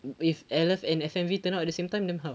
if L_F and F_M_V turn out at the same time then how